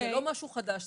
זה לא משהו חדש.